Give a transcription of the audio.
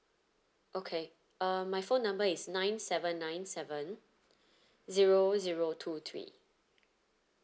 okay uh my phone number is nine seven nine seven zero zero two three